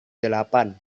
delapan